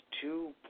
two